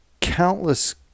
countless